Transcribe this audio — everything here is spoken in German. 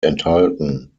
enthalten